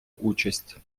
участь